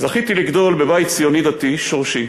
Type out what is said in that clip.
זכיתי לגדול בבית ציוני-דתי שורשי.